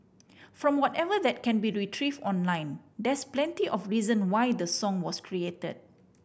from whatever that can be retrieve online there's plenty of reason why the song was created